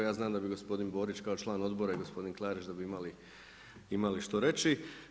Ja znam da bi gospodin Borić kao član odbora i gospodin Klarić da bi imali što reći.